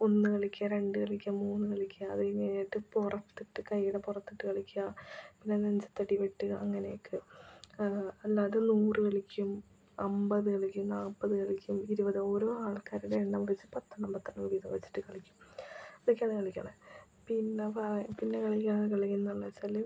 ഒന്നു കളിക്കുക രണ്ട് കളിക്കുക മൂന്നു കളിക്കുക അതു കഴിഞ്ഞു കഴിഞ്ഞിട്ട് പുറത്തിട്ട് കയ്യുടെ പുറത്തിട്ട് കളിക്കുക പിന്നെ നെഞ്ചത്തടി വെട്ടുക അങ്ങനെയൊക്കെ അല്ലാതെ നൂറ് കളിക്കും അൻപതു കളിക്കും നാൽപ്പത് കളിക്കും ഇരുപത് ഓരോ ആൾക്കാരുടെ എണ്ണം വെച്ച് പത്തെണ്ണം പത്തെണ്ണം വീതം വെച്ചിട്ട് കളിക്കും ഇതൊക്കെയാണ് കളിയ്ക്കണെ പിന്നെ പാ പിന്നെ കളിയ്ക്കണതെന്നു വെച്ചാൽ